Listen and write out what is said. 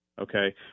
Okay